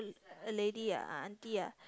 a lady ah aunty ah